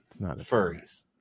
furries